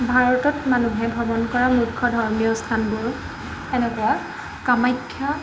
ভাৰতত মানুহে ভ্ৰমণ কৰা মুখ্য ধৰ্মীয় স্থানবোৰ এনেকুৱা কামাখ্যা